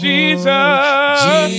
Jesus